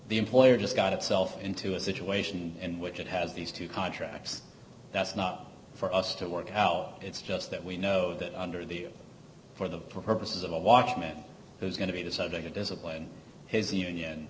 the employer just got itself into a situation in which it has these two contracts that's not for us to work out it's just that we know that under the for the purposes of a watchman who's going to be deciding to discipline his union